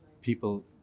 people